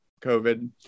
COVID